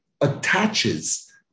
attaches